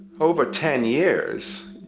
over ten years,